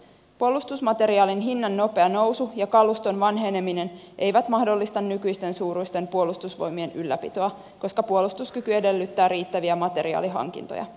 puolustusmateriaalin hinnan nopea nousu ja kaluston vanheneminen eivät mahdollista nykyisten suuruisten puolustusvoimien ylläpitoa koska puolustuskyky edellyttää riittäviä materiaalihankintoja